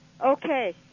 Okay